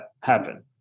happen